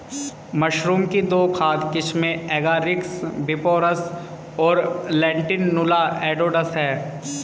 mushroom की दो खाद्य किस्में एगारिकस बिस्पोरस और लेंटिनुला एडोडस है